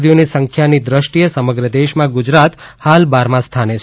દર્દીઓની સંખ્યાની દ્રષ્ટીએ સમગ્ર દેશમાં ગુજરાત હાલ બારમાં સ્થાને છી